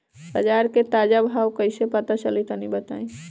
बाजार के ताजा भाव कैसे पता चली तनी बताई?